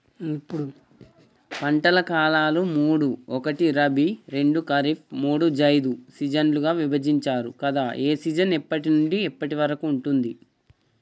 పంటల కాలాలు మూడు ఒకటి రబీ రెండు ఖరీఫ్ మూడు జైద్ సీజన్లుగా విభజించారు కదా ఏ సీజన్ ఎప్పటి నుండి ఎప్పటి వరకు ఉంటుంది?